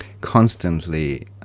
constantly